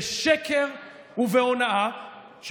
בשקר ובהונאה,